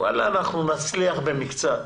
אנחנו נצליח במקצת.